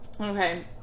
okay